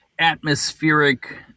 atmospheric